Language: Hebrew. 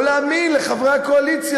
או להאמין לחברי הקואליציה,